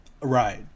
Right